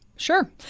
Sure